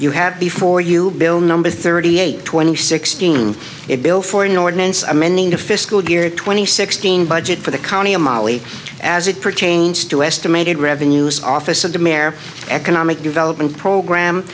you have before you bill number thirty eight twenty sixteen a bill for an ordinance amending the fiscal year twenty sixteen budget for the county of mali as it pertains to estimated revenues office of the mer economic development program